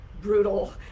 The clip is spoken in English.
brutal